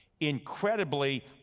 incredibly